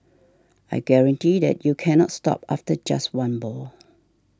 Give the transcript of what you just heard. I guarantee that you cannot stop after just one ball